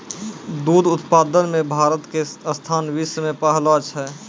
दुग्ध उत्पादन मॅ भारत के स्थान विश्व मॅ पहलो छै